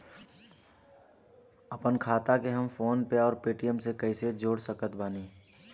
आपनखाता के हम फोनपे आउर पेटीएम से कैसे जोड़ सकत बानी?